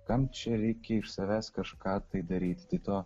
kam čia reikia iš savęs kažką tai daryti tai to